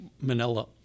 manila